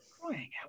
Crying